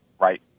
right